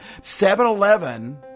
7-Eleven